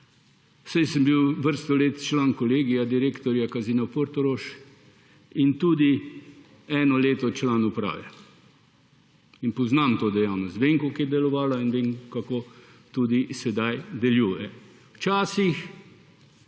saj sem bil vrsto let član kolegija direktorja Casinoja Portorož in tudi eno leto član uprave in poznam to dejavnost. Vem, kako je delovala, in tudi vem, kako sedaj deluje. Včasih